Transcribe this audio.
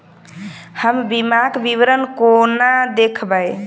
हम बीमाक विवरण कोना देखबै?